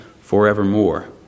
forevermore